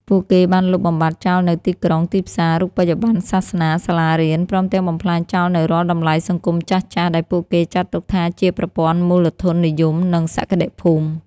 ពួកគេបានលុបបំបាត់ចោលនូវទីក្រុង ទីផ្សារ រូបិយប័ណ្ណ សាសនា សាលារៀន ព្រមទាំងបំផ្លាញចោលនូវរាល់តម្លៃសង្គមចាស់ៗដែលពួកគេចាត់ទុកថាជាប្រព័ន្ធមូលធននិយម និងសក្តិភូមិ។